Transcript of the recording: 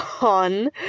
on